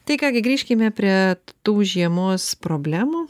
tai ką gi grįžkime prie tų žiemos problemų